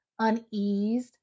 uneased